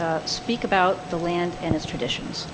speak about the land and its traditions